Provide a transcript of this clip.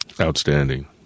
Outstanding